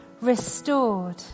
restored